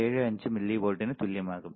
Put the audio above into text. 75 മില്ലിവോൾട്ടിന് തുല്യമാകും